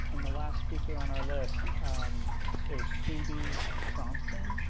and the last speaker on our list is sudi transcend